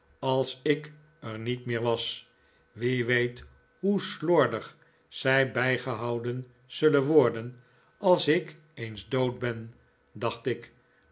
als ik er niet meer was wie weet hoe slordig zij bijgehouden zullen worden als ik eens dood ben dacht ik